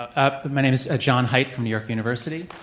ah my name is jon haidt from new york university.